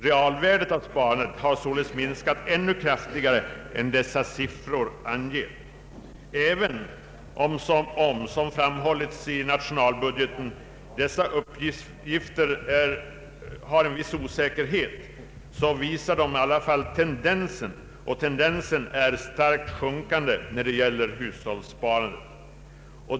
Realvärdet av sparandet har minskat ännu kraftigare än dessa siffror anger. Även om, som framhållits i nationalbudgeten, dessa uppgifter är något osäkra, visar de dock att tendensen är starkt sjunkande när det gäller hushållssparandet.